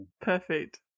Perfect